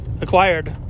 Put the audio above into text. acquired